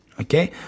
okay